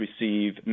receive